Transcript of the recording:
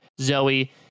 Zoe